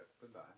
Goodbye